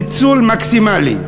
ניצול מקסימלי.